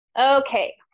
Okay